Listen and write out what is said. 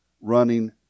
running